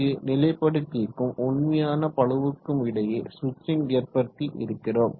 இங்கு நிலைப்படுத்திக்கும் உண்மையான பளுவுக்கும் இடையே ஸ்விட்சிங் ஏற்படுத்தி இருக்கிறோம்